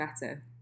better